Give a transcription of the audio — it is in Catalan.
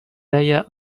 deia